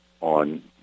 on